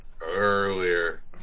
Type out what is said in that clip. Earlier